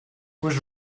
was